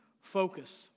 focus